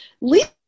Lisa